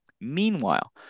Meanwhile